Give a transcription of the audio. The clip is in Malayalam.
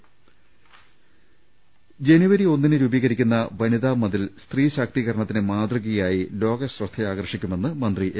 ്്്്്്്് ജനുവരി ഒന്നിന് രൂപീകരിക്കുന്ന വനിതാമതിൽ സ്ത്രീശാക്തീ കരണത്തിന് മാതൃകയായി ലോകശ്രദ്ധയാകർഷിക്കുമെന്ന് മന്ത്രി എ